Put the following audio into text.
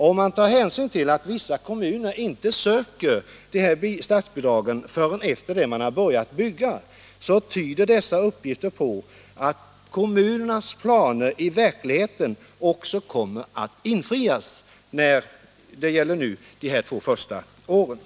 Om man tar hänsyn till att vissa kommuner inte söker de här statsbidragen förrän efter det att de har börjat bygga, tyder . Nr 76 dessa uppgifter på att kommunernas planer också kommer att infrias Tisdagen den i verkligheten i vad gäller de två första frågorna.